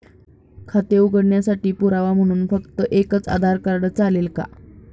खाते उघडण्यासाठी पुरावा म्हणून फक्त एकच आधार कार्ड चालेल का?